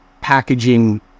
packaging